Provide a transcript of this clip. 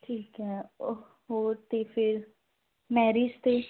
ਠੀਕ ਹੈ ਹੋਰ ਅਤੇ ਫਿਰ ਮੈਰਿਜ਼ 'ਤੇ